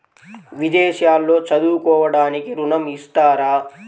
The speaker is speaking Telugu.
విదేశాల్లో చదువుకోవడానికి ఋణం ఇస్తారా?